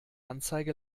anzeige